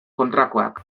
kontrakoak